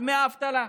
בדמי האבטלה.